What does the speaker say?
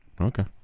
Okay